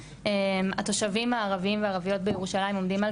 התושבים הערבים ערביות בירושלים עומדים על